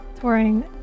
touring